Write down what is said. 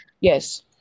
Yes